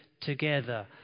together